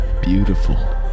beautiful